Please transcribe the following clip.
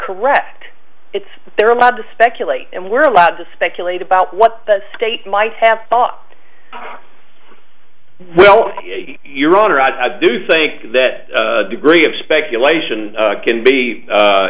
correct it's they're allowed to speculate and we're allowed to speculate about what the state might have thought well your honor i do think that degree of speculation can be